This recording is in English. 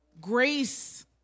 Grace